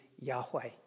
Yahweh